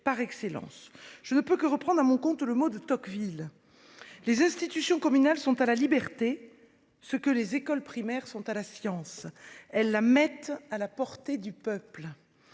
par excellence. Je ne peux que reprendre à mon compte le mot de Tocqueville :« Les institutions communales sont à la liberté ce que les écoles primaires sont à la science ; elles la mettent à la portée du peuple